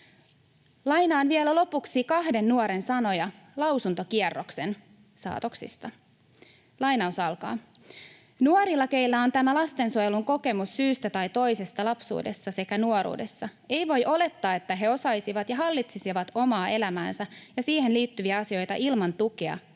Lainaan vielä lopuksi kahden nuoren sanoja lausuntokierroksen saatoksista. ”Nuorilta, keillä on tämä lastensuojelun kokemus syystä tai toisesta lapsuudessa sekä nuoruudessa, ei voi olettaa, että he osaisivat ja hallitsisivat omaa elämäänsä ja siihen liittyviä asioita ilman tukea